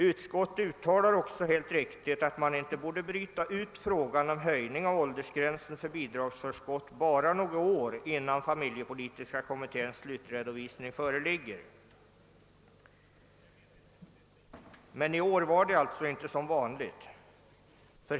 Utskottet uttalar också helt riktigt att frågan om en höjning av åldersgränsen för bidragsförskott inte bör brytas ut ur sammanhanget bara något år innan familjepolitiska kommittén har slutredovisat sitt arbete. Men i år var det alltså inte som vanligt!